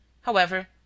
However